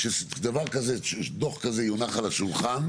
כשדוח כזה יונח על השולחן,